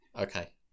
Okay